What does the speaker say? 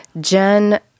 Jen